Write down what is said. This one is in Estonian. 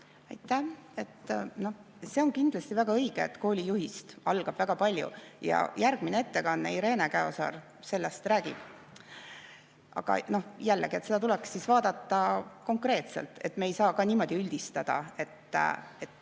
Aitäh! See on kindlasti väga õige, et koolijuhist algab väga palju. Järgmine ettekandja, Irene Käosaar, sellest räägib. Aga jällegi, seda tuleks vaadata konkreetselt. Me ei saa ka niimoodi üldistada, et